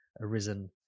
arisen